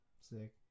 Sick